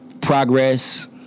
progress